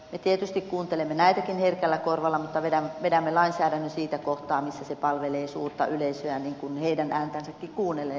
me tietysti kuuntelemme näitäkin herkällä korvalla mutta vedämme lainsäädännön siitä kohtaa missä se palvelee suurta yleisöä heidän ääntänsäkin kuunnellen